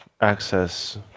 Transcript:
access